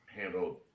handled